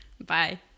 Bye